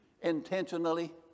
intentionally